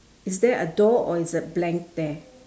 is there a door or it's a blank there